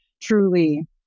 truly